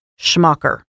Schmucker